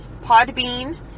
Podbean